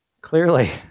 clearly